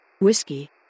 whiskey